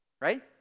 right